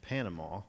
Panama